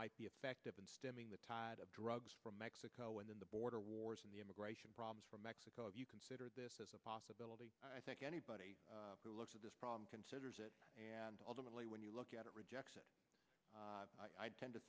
might be effective in stemming the tide of drugs from mexico in the border wars in the immigration problems from mexico if you consider this as a possibility i think anybody who looks at this problem considers it and ultimately when you look at it rejects it i tend to